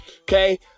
Okay